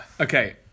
Okay